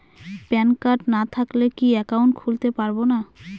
Pan card না থাকলে কি একাউন্ট খুলতে পারবো না?